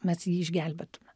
mes jį išgelbėtume